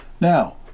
Now